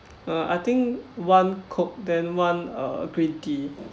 uh I think one coke then one uh green tea